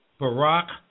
Barack